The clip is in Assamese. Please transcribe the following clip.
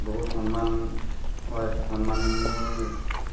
বহুত সন্মান হয় সন্মানৰ